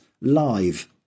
live